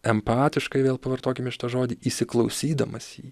empatiškai vėl pavartokime ištarti žodį įsiklausydamas į